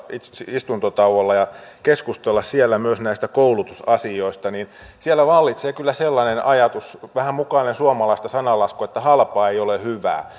istuntotauolla ja keskustella siellä myös näistä koulutusasioista että siellä vallitsee kyllä sellainen ajatus vähän mukaillen suomalaista sananlaskua että halpa ei ole hyvää